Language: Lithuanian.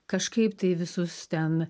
kažkaip tai visus ten